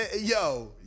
Yo